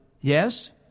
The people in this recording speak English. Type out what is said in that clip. Yes